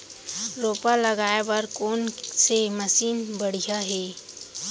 रोपा लगाए बर कोन से मशीन बढ़िया हे?